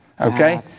Okay